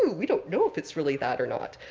we don't know if it's really that or not.